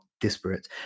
disparate